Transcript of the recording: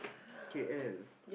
K_L